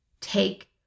take